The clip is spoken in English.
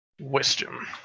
Wisdom